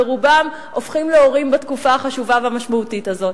ורובם הופכים להורים בתקופה החשובה והמשמעותית הזאת.